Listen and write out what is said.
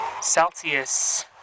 Celsius